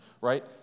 right